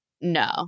no